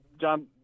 John